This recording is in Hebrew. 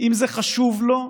אם זה חשוב לו,